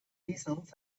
easels